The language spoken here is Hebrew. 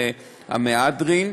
הכשר המהדרין.